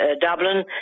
Dublin